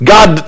God